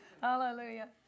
Hallelujah